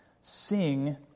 sing